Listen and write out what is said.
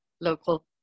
local